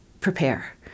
prepare